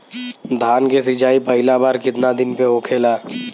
धान के सिचाई पहिला बार कितना दिन पे होखेला?